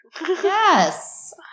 Yes